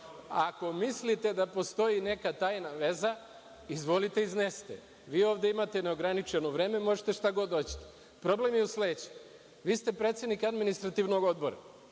ako mislite da postoji neka tajna veza, izvolite, iznesite je. Vi ovde imate neograničeno vreme, možete šta god hoćete. Problem je u sledećem, vi ste predsednik Administrativnog odbora.